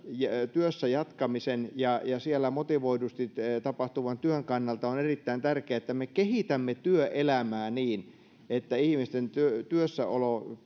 työssä jatkamisen ja siellä motivoidusti tapahtuvan työn kannalta on erittäin tärkeä että me kehitämme työelämää niin että ihmisten työssäolo